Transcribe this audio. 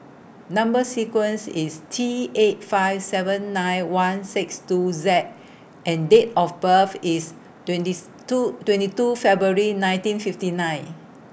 Number sequence IS T eight five seven nine one six two Z and Date of birth IS twenties two twenty two February nineteen fifty nine